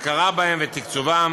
הכרה בהם ותקצובם,